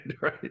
right